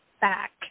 back